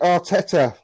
Arteta